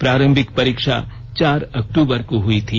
प्रारंभिक परीक्षा चार अक्टूबर को हुई थी